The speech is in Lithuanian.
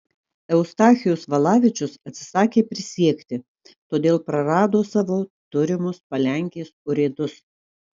eustachijus valavičius atsisakė prisiekti todėl prarado savo turimus palenkės urėdus